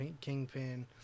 kingpin